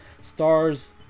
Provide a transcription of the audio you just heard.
Stars